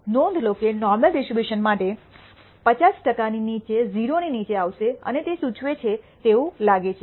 નોંધ લો કે નોર્મલ ડિસ્ટ્રીબ્યુશન માટે 50 ટકા ડેટા નીચે 0 ની નીચે આવશે અને તે આ સૂચવે છે તેવું લાગે છે